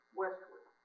westward